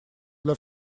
для